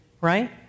right